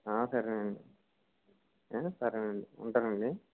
సరేనండి ఏండి సరేనండి ఉంటానండి